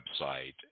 website